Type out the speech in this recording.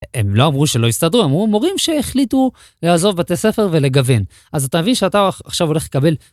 הם לא אמרו שלא יסתדרו, הם אמרו, מורים שהחליטו לעזוב בתי ספר ולגוון. אז אתה מבין שאתה עכשיו הולך לקבל...